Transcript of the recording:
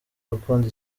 gukunda